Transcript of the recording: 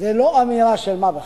זו לא אמירה של מה בכך.